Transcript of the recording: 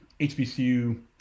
HBCU